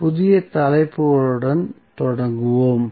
புதிய தலைப்புகளுடன் தொடங்குவோம்